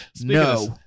No